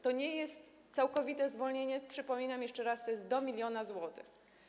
To nie jest całkowite zwolnienie, przypominam jeszcze raz, to jest do 1 mln zł.